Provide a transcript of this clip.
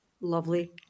lovely